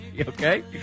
okay